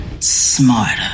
Smarter